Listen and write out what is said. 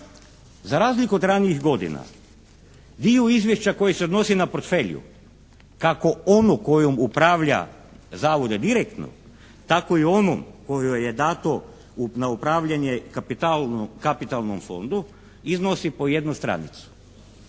Za razliku od ranijih godina, dio izvješća koji se odnosi na portfelju, kako ono kojim upravlja zavod direktno tako i onom koji joj je dato na upravljanje kapitalnom fondu iznosi po jednu stranicu.